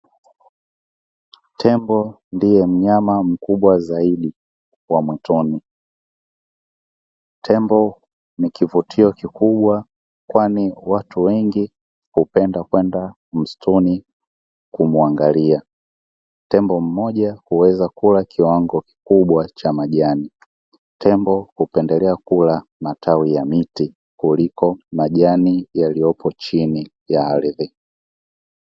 Tembo ndiye mnyama mkubwa zaidi wa mwituni. Tembo ni kivutio kikubwa kwani watu wengi hupenda kwenda msituni kumuangalia. Tembo mmoja huweza kula kiwango kikubwa cha majani. Tembo hupendelea kula matawi ya miti kuliko majani yaliyo chini ya ardhi.